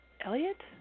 Elliot